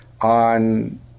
on –